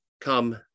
Come